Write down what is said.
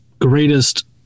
greatest